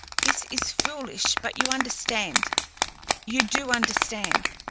this is foolish, but you understand you do understand.